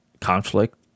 conflict